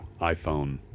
iPhone